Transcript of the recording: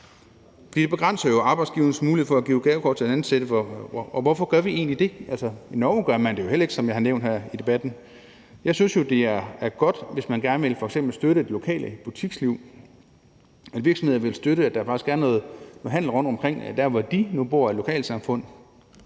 Det begrænser jo arbejdsgivernes muligheder for at give gavekort til de ansatte. Og hvorfor gør vi egentlig det? Altså, i Norge gør man det jo ikke, hvilket jeg har nævnt her i debatten. Jeg synes jo, det er godt, hvis man gerne vil støtte f.eks. det lokale butiksliv, hvis en virksomhed vil støtte, at der faktisk er noget handel rundtomkring i de lokalsamfund,